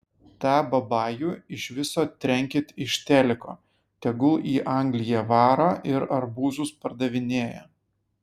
tą babajų iš viso trenkit iš teliko tegul į angliją varo ir arbūzus pardavinėja